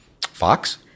Fox